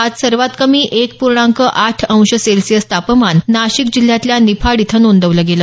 आज सर्वात कमी एक पूर्णांक आठ अंश सेल्सिअस तापमान नाशिक जिल्हयातल्या निफाड इथं नोंदवलं गेलं